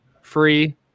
free